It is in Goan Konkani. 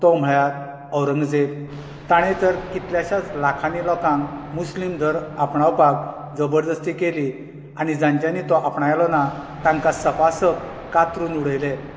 तो म्हळ्यार औरंगझेब तांणे तर कितल्याश्याच लाखांनी लोकांक मुस्लीम धर्म आपणावपाक जबरदस्ती केली आनी जांच्यानी तो आपणायलो ना तांका सपासप कातरून उडयले